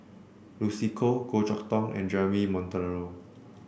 Lucy Koh Goh Chok Tong and Jeremy Monteiro